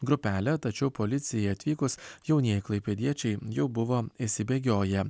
grupelę tačiau policijai atvykus jaunieji klaipėdiečiai jau buvo išsibėgioję